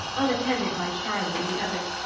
unattended by charlie and the others,